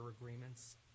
agreements